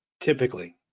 typically